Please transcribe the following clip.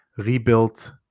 rebuilt